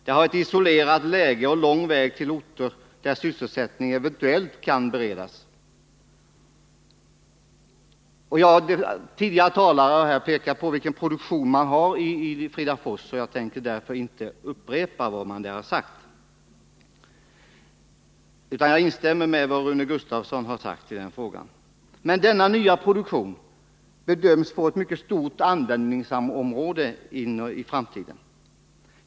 Det har ett isolerat läge och lång väg till orter där sysselsättning eventuellt kan beredas. Tidigare talare har pekat på vilken produktion man har i Fridafors, och jag tänker inte upprepa deras synpunkter utan instämmer i vad Rune Gustavsson har sagt i den här frågan. Denna nya produktion bedöms få mycket stort användningsområde i framtiden.